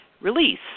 release